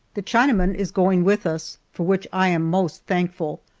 the chinaman is going with us, for which i am most thankful,